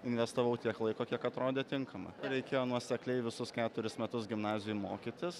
investavau tiek laiko kiek atrodė tinkama reikėjo nuosekliai visus keturis metus gimnazijoj mokytis